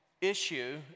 issue